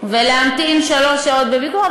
ולהמתין שלוש שעות ב"ביקורופא"?